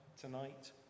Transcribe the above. tonight